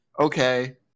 Okay